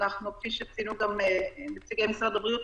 כפי שציינו גם נציגי משרד הבריאות,